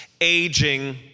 aging